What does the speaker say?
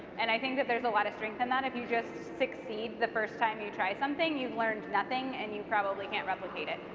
and i think that there's a lot of strength in that. if you just succeed the first time you try something, you learned nothing, and you probably can't replicate it.